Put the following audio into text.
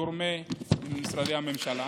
הגורמים במשרדי הממשלה.